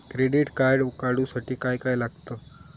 Credit card काढूसाठी काय काय लागत?